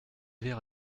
verre